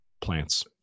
plants